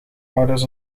ouders